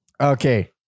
Okay